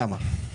למה?